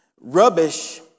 Rubbish